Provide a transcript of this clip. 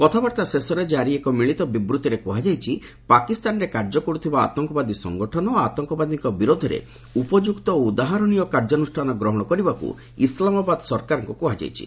କଥାବାର୍ତ୍ତା ଶେଷରେ ଜାରି ଏକ ମିଳିତ ବିବୃତ୍ତିରେ କୃହାଯାଇଛି ପାକିସ୍ତାନରେ କାର୍ଯ୍ୟ କର୍ତ୍ତିବା ଆତଙ୍କବାଦୀ ସଙ୍ଗଠନ ଓ ଆତଙ୍କବାଦୀଙ୍କ ବିରୋଧରେ ଉପଯୁକ୍ତ ଓ ଉଦାହରଣୀୟ କାର୍ଯ୍ୟାନୁଷ୍ଠାନ ଗ୍ରହଣ କରିବାକୁ ଇସ୍ଲାମାବାଦ୍ ସରକାରଙ୍କୁ କୁହାଯାଇଛି